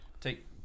Take